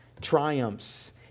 triumphs